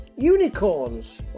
unicorns